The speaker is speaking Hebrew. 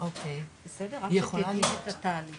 אני חייבת לציין שככל שהתהליכים בדיגיטל